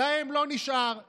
להם לא נשאר,